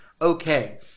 okay